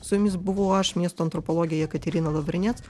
su jumis buvau aš miesto antropologė jekaterina lavrinet